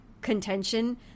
contention